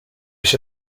się